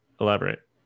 elaborate